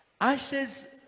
Ashes